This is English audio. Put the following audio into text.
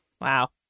wow